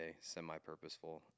semi-purposeful